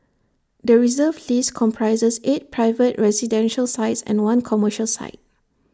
the Reserve List comprises eight private residential sites and one commercial site